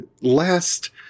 last